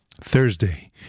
Thursday